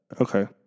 Okay